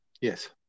Yes